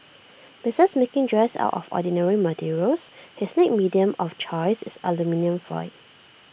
besides making dresses out of ordinary materials his next medium of choice is aluminium foil